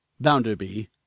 Bounderby